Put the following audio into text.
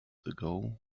ago